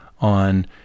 on